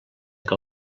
que